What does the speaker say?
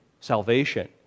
salvation